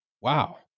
Wow